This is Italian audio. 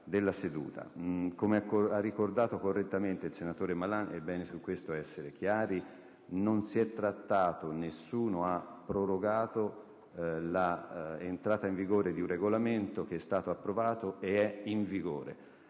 Come ha ricordato correttamente il senatore Malan - ed è bene essere chiari su questo punto - nessuno ha prorogato l'entrata in vigore di un regolamento che è stato approvato ed è in vigore.